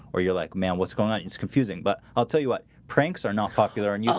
or you're like man. what's going on? it's confusing, but i'll tell you what pranks are not popular in yeah